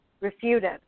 refuted